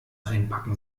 einpacken